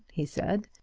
he said.